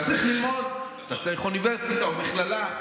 אתה צריך ללמוד, אתה צריך אוניברסיטה או מכללה.